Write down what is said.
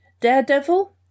Daredevil